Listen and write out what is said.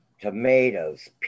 tomatoes